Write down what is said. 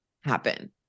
happen